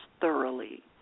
thoroughly